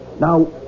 Now